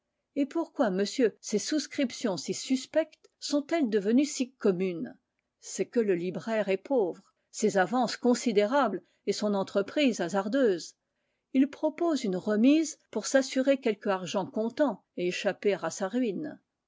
et pourquoi monsieur ces souscriptions si suspectes sont-elles devenues si communes c'est que le libraire est pauvre ses avances considérables et son entreprise hasardeuse il propose une remise pour s'assurer quelque argent comptant et échapper à sa ruine